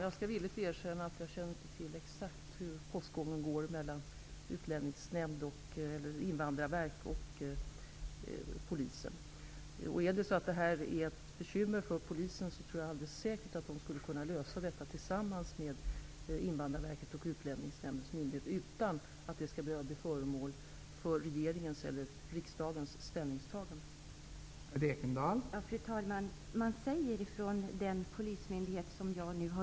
Jag skall villigt erkänna att jag inte känner till exakt hur postgången går mellan Om det här är ett bekymmer för polisen tror jag säkert att polisen skulle kunna lösa det tillsammans med Invandrarverket och Utlänningsnämnden, utan att det skall behöva bli föremål för regeringens eller riksdagens ställningstagande.